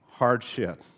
hardship